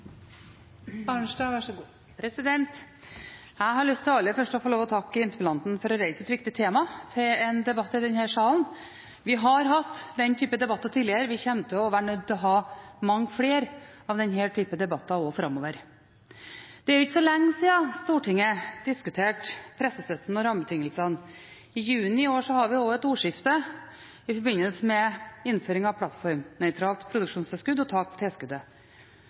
Jeg har aller først lyst til å takke interpellanten for å ha reist et viktig tema til debatt i denne salen. Vi har hatt denne typen debatter tidligere, og vi kommer til å være nødt til å ha mange flere av denne typen debatter også framover. Det er ikke så lenge siden Stortinget diskuterte pressestøtten og rammebetingelsene. I juni i år hadde vi også et ordskifte i forbindelse med innføring av plattformnøytralt produksjonstilskudd og tak på tilskuddet.